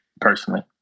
personally